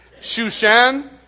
Shushan